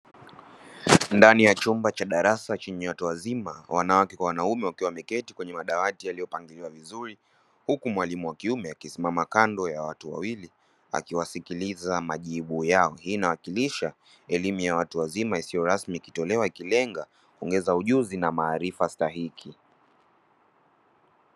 Ndani ya chumba cha darasa chenye watu wazima wanawake kwa wanaume wakiwa wameketi kwenye madawati yaliyopangiliwa vizuri, huku mwalimu wa kiume akisimama kando ya watu wawili akiwasikiliza majibu yao. Hii inawakilisha elimu ya watu wazima isiyo rasmi ikilenga kuongeza ujuzi na maarifa stahiki.